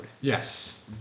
yes